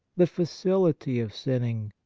the facility of sinning,